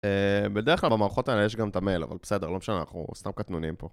בדרך כלל במערכות האלה יש גם את המייל, אבל בסדר, לא משנה, אנחנו סתם קטנוניים פה.